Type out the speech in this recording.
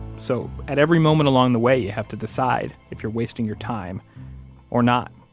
so at every moment along the way, you have to decide if you're wasting your time or not